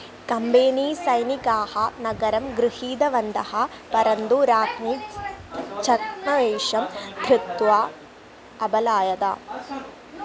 company सैनिकाः नगरं गृहीतवन्तः परन्तु राज्ञी छद्मवेषं धृत्वा अपलायत